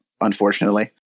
unfortunately